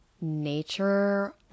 nature